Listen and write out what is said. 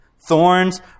Thorns